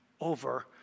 over